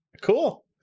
Cool